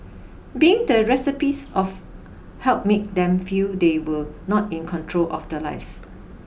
being the recipients of help made them feel they were not in control of their lives